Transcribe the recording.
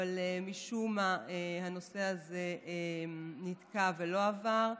אבל משום מה הנושא הזה נתקע ולא עבר.